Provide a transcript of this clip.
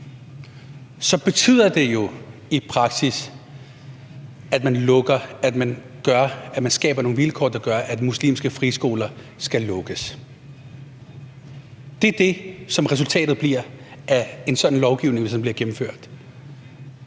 så betyder det jo i praksis, at man skaber nogle vilkår, der gør, at muslimske friskoler skal lukke. Det er det, der bliver resultatet af en sådan lovgivning, hvis den bliver gennemført.